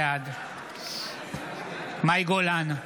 בעד מאי גולן,